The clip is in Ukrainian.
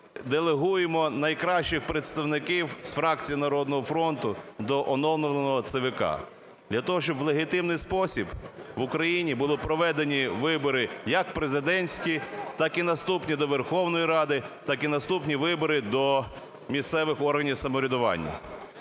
делегуємо найкращих представників з фракції "Народного фронту" до оновленого ЦВК для того, щоб в легітимний спосіб в Україні були проведені вибори як президентські, так і наступні до Верховної Ради, так і наступні вибори до місцевих органів самоврядування.